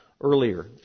earlier